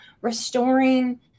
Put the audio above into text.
restoring